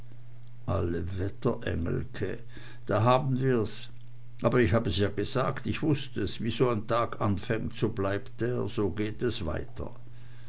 alle wetter engelke da haben wir's aber ich hab es ja gesagt ich wußt es wie so n tag anfängt so bleibt er so geht es weiter